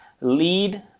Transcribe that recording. lead